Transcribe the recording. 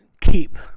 keep